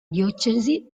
diocesi